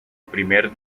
primer